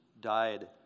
died